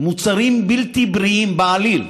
מוצרים בלתי בריאים בעליל.